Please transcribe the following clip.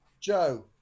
Joe